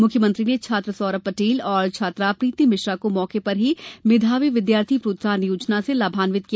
मुख्यमंत्री ने छात्र सौरभ पर्टेल और छात्रा प्रीति मिश्रा को मौके पर ही मेधावी विद्यार्थी प्रोत्साहन योजना से लाभांवित किया